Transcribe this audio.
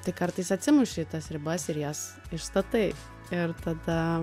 tai kartais atsimuši į tas ribas ir jas išstatai ir tada